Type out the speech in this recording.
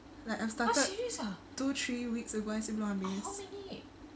like I've started two three weeks ago I rasa belum habis